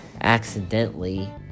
accidentally